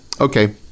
okay